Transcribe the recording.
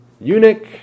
eunuch